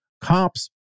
cops